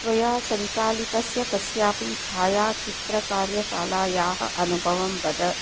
त्वया सञ्चालितस्य कस्यापि छायाचित्रकार्यशालायाः अनुभवं वद